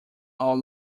all